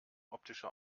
optische